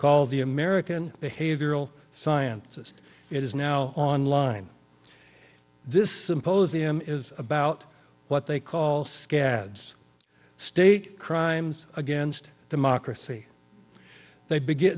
called the american behavioral sciences it is now online this symposium is about what they call scads state crimes against democracy they beg